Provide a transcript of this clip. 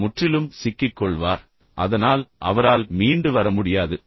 அவர் முற்றிலும் சிக்கிக் கொள்வார் அதனால் அவரால் மீண்டு வர முடியாது